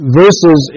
verses